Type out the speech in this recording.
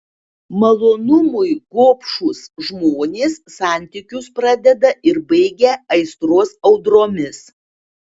malonumui gobšūs žmonės santykius pradeda ir baigia aistros audromis